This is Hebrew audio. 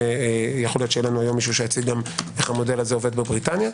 ויכול להיות שיציג מישהו היום איך המודל הזה עובד בבריטניה.